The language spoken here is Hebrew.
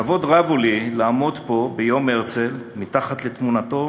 כבוד רב הוא לי לעמוד פה ביום הרצל מתחת לתמונתו